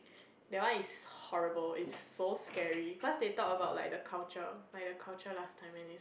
that one is horrible it's so scary cause they talk about like the culture like the culture last time and it's